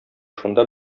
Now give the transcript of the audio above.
шунда